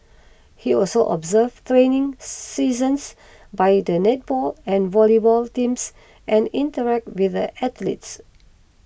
he also observed training seasons by the netball and volleyball teams and interacted with the athletes